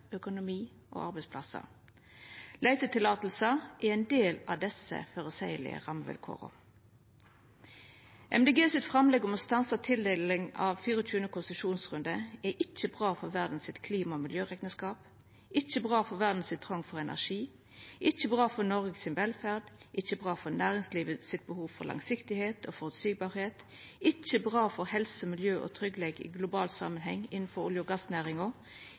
økonomi og arbeidsplassar. Leiteløyver er ein del av desse føreseielege rammevilkåra. Miljøpartiet Dei Grøne sitt framlegg om å stansa tildeling for 24. konsesjonsrunde er ikkje bra for verda sitt klima- og miljørekneskap, ikkje bra for verda sin trong for energi, ikkje bra for Noreg si velferd, ikkje bra for næringslivet sitt behov for langsiktigheit og føresleielegheit, ikkje bra for helse, miljø og tryggleik i global samanheng innanfor olje- og gassnæringa,